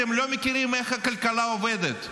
אתם לא מכירים איך הכלכלה עובדת.